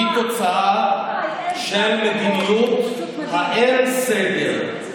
היא תוצאה של מדיניות האין-סגר.